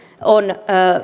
on